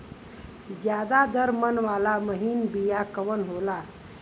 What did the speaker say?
ज्यादा दर मन वाला महीन बिया कवन होला?